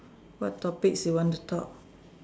what topics you want to talk